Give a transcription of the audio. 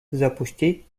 запустить